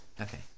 Okay